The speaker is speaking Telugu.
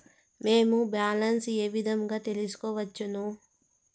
మేము బ్యాలెన్స్ ఏ విధంగా తెలుసుకోవచ్చు?